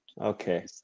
Okay